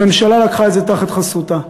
הממשלה לקחה את זה תחת חסותה.